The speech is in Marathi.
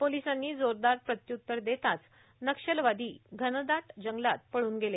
पोलिसांनी जोरदार प्रत्युत्तर देताच नक्षलवादी घनदाट जंगलात पळून गेले